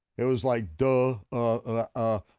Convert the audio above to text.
it was like, duh, ah, ah,